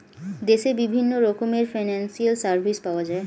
দেশে বিভিন্ন রকমের ফিনান্সিয়াল সার্ভিস পাওয়া যায়